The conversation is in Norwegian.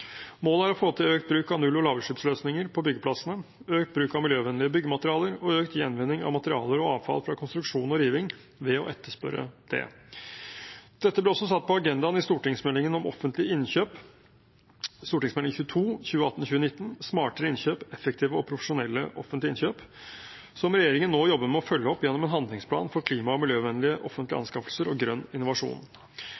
Målet er å få til økt bruk av null- og lavutslippsløsninger på byggeplassene, økt bruk av miljøvennlige byggematerialer og økt gjenvinning av materialer og avfall fra konstruksjon og riving – ved å etterspørre det. Dette ble også satt på agendaen i stortingsmeldingen om offentlige innkjøp, Meld. St. 22 for 2018–2019, Smartere innkjøp – effektive og profesjonelle offentlige innkjøp, som regjeringen nå jobber med å følge opp gjennom en handlingsplan for klima- og miljøvennlige offentlige